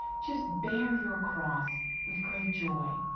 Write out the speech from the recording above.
just bear your cross with great joy.